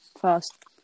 first